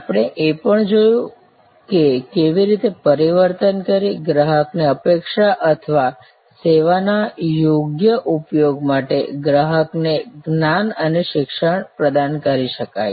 આપણે એ પણ જોયું કે કેવી રીતે પરિવર્તન કરી ગ્રાહકની અપેક્ષા અથવા સેવાના યોગ્ય ઉપયોગ માટે ગ્રાહકને જ્ઞાન અને શિક્ષણ પ્રદાન કરી શકાય